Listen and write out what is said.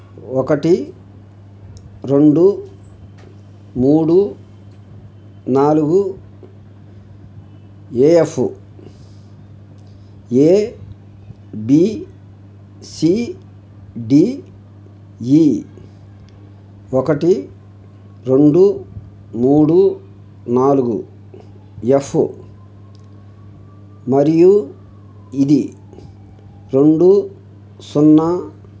ఒకటి రెండు మూడు నాలుగు ఏఎఫ్ ఏబీసీడీఈ ఒకటి రెండు మూడు నాలుగు ఎఫ్ మరియు ఇది రెండు సున్నా